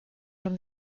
from